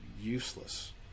useless